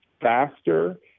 faster